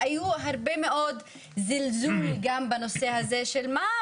והיו הרבה מאוד זלזול גם בנושא הזה של 'מה,